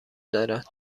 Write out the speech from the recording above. دارد